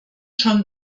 schon